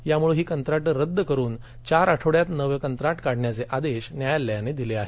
यामुळे ही कंत्राटं रद्द करून चार आठवङ्यात नवे कंत्राट काढण्याचा आदेश न्यायालयानं दिला आहे